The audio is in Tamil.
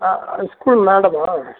ஆ ஆ ஸ்கூல் மேடம்மா